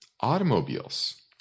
automobiles